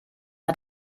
hat